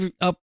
up